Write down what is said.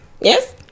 Yes